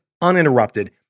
uninterrupted